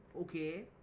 okay